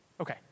Okay